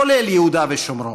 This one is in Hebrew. כולל יהודה ושומרון.